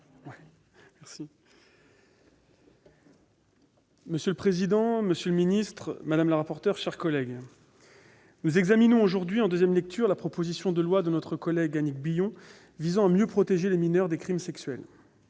Monsieur le président, monsieur le garde des sceaux, nous examinons aujourd'hui, en deuxième lecture, la proposition de loi de notre collègue Annick Billon visant à mieux protéger les mineurs des crimes sexuels.